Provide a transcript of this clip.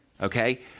okay